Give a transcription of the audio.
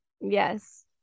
Yes